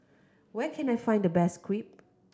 where can I find the best Crepe